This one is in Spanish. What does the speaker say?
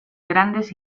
grandes